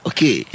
Okay